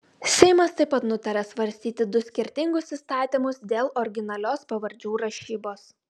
seimas taip pat nutarė svarstyti du skirtingus įstatymus dėl originalios pavardžių rašybos